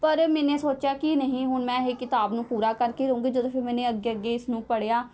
ਪਰ ਮੈਨੇ ਸੋਚਿਆ ਕਿ ਨਹੀਂ ਹੁਣ ਮੈਂ ਇਹ ਕਿਤਾਬ ਨੂੰ ਪੂਰਾ ਕਰਕੇ ਰਹਾਂਗੀ ਜਦੋਂ ਫਿਰ ਮੈਨੇ ਅੱਗੇ ਅੱਗੇ ਇਸਨੂੰ ਪੜ੍ਹਿਆ